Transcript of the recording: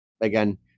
again